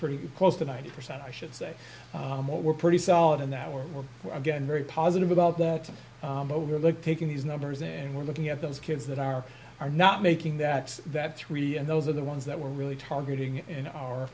pretty close to ninety percent i should say we're pretty solid in that we're again very positive about that overlook taking these numbers and we're looking at those kids that are are not making that that three and those are the ones that we're really targeting in our